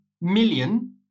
million